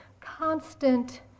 constant